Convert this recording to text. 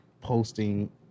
posting